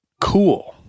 cool